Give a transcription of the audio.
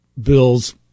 bills